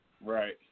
Right